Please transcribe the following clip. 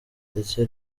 ndetse